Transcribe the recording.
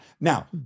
Now